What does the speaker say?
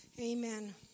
Amen